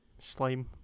slime